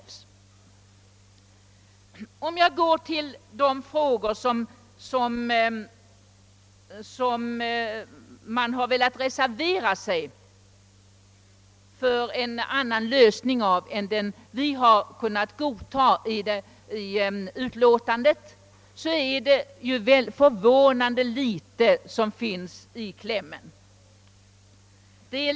Vad beträffar de frågor, rörande vilka en annan lösning föreslås i reservationerna än den utskottet har kunnat godta i utlåtandet, är det förvånande litet som framgår av reservationerna.